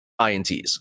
INTs